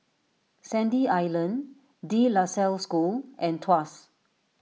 Sandy Island De La Salle School and Tuas